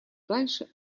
дальше